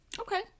Okay